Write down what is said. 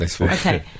Okay